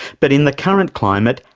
but in the current climate,